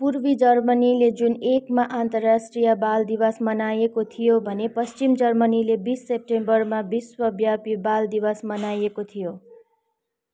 पूर्वी जर्मनीले जुन एकमा अन्तर्राष्ट्रिय बाल दिवस मनाएको थियो भने पश्चिम जर्मनीले बिस सेप्टेम्बरमा विश्वव्यापी बाल दिवस मनाएको थियो